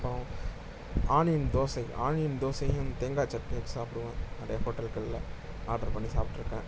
அப்றம் onion dosa onion தோசையும் தேங்காய் சட்னியும் வச்சு சாப்பிடுவேன் நிறையா ஹோட்டல்களில் ஆட்ரு பண்ணி சாப்பிட்ருக்கேன்